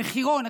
המחירון,